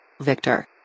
Victor